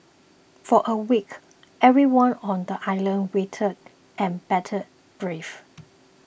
for a week everyone on the island waited an bated breath